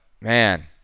man